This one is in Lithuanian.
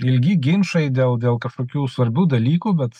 ilgi ginčai dėl dėl kažkokių svarbių dalykų bet